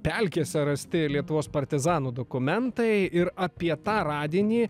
pelkėse rasti lietuvos partizanų dokumentai ir apie tą radinį